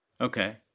Okay